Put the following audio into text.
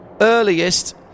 earliest